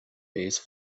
base